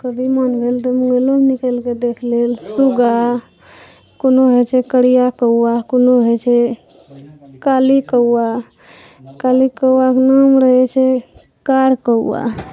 कभी मोन भेल तऽ मोबाइलोमे निकालीके देख लेब सूगा कोनो होइ छै करिया कौआ कोनो होइ छै काली कौआ काली कौआके नाम रहै छै कार कौआ